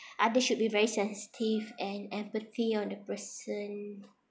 others should be very sensitive and empathy on the person